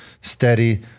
steady